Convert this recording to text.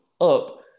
up